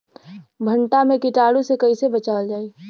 भनटा मे कीटाणु से कईसे बचावल जाई?